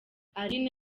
aline